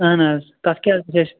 اَہَن حظ تَتھ کیٛاہ حظ گژھِ